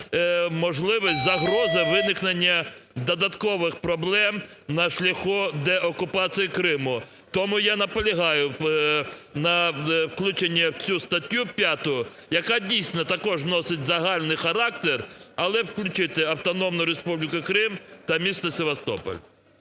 можливість загрози виникнення додаткових проблем на шляху деокупації Криму. Тому я наполягаю на включенні в цю статтю 5, яка дійсно також носить загальний характер, але включити Автономну Республіку Крим та місто Севастополь.